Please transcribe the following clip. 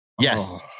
Yes